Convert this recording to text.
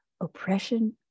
oppression